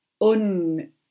un